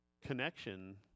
connection